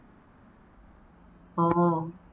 oh